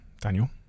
Daniel